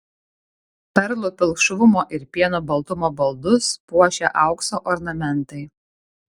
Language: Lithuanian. perlų pilkšvumo ir pieno baltumo baldus puošia aukso ornamentai